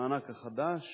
המענק החדש